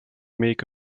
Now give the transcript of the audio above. make